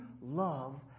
love